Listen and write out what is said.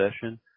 session